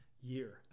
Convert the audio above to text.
year